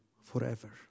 forever